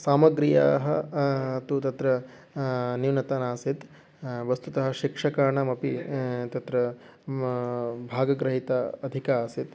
सामग्र्याः तु तत्र न्यूनता नासीत् वस्तुतः शिक्षकाणामपि तत्र भागं गृहितम् अधिकम् आसीत्